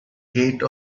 gate